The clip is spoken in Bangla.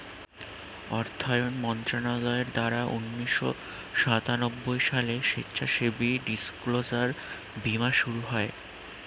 অর্থায়ন মন্ত্রণালয়ের দ্বারা উন্নিশো সাতানব্বই সালে স্বেচ্ছাসেবী ডিসক্লোজার বীমার শুরু